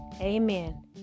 Amen